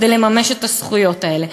כדי לממש את הזכויות האלה?